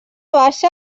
baixa